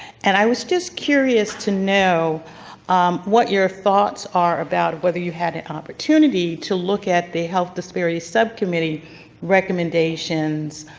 and i was just curious to know um what your thoughts are about whether you had an opportunity to look at the health disparities dubcommittee recommendations